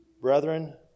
Brethren